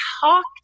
talk